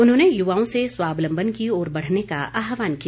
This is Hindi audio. उन्होंने युवाओं से स्वावलंबन की ओर बढ़ने का आहवान किया